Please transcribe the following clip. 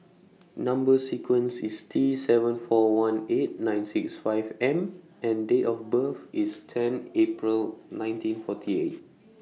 Number sequence IS T seven four one eight nine six five M and Date of birth IS ten April nineteen forty eight